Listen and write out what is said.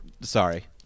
Sorry